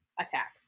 attack